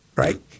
Right